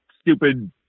stupid